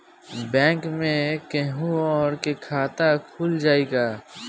Bank में केहूओ के खाता खुल जाई का?